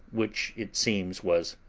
which, it seems, was,